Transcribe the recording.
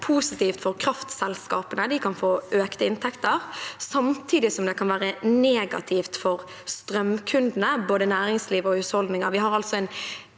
positivt for kraftselskapene – de kan få økte inntekter – samtidig som det kan være negativt for strømkundene, både næringsliv og husholdninger.